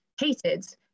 hated